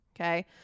Okay